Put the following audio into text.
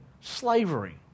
slavery